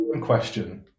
question